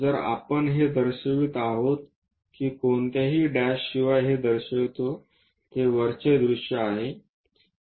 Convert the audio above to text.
जर आपण हे दर्शवित आहोत की कोणत्याही डॅश शिवाय हे दर्शविते ते वरचे दृश्य आहे